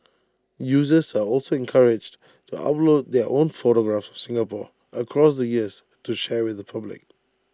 users are also encouraged to upload their own photographs of Singapore across the years to share with the public